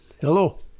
Hello